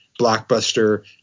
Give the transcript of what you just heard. blockbuster